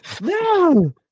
no